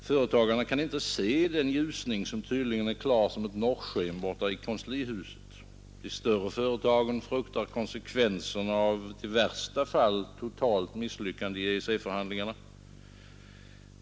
Företagarna kan inte se den ljusning, som tydligen är klar som ett norrsken borta i kanslihuset. De större företagen fruktar konsekvenserna av ett i värsta fall totalt misslyckande i EEC-förhandlingarna.